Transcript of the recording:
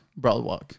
Broadwalk